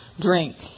drinks